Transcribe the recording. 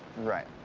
right.